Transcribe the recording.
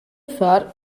far